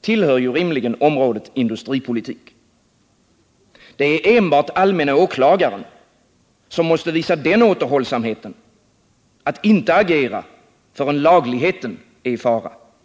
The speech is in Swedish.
tillhör rimligen området industripolitik. Det är enbart allmänne åklagaren som måste visa den återhållsamheten att inte agera förrän lagligheten är i fara.